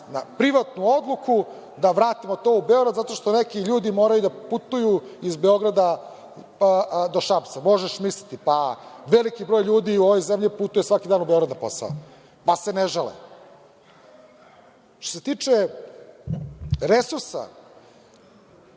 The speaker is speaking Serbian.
privatnu odluku da vratimo to u Beograd zato što neki ljudi moraju da putuju iz Beograda, pa do Šapca, možeš misliti, pa veliki broj ljudi u ovoj zemlji putuju svaki dan od Beograd na posao, pa se ne žale. Što se tiče resursa,